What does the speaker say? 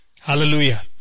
Hallelujah